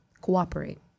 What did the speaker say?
cooperate